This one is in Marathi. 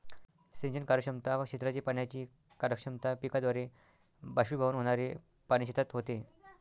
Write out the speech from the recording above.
सिंचन कार्यक्षमता, क्षेत्राची पाण्याची कार्यक्षमता, पिकाद्वारे बाष्पीभवन होणारे पाणी शेतात होते